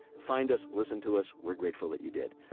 find us. listen to us. we're grateful that you did.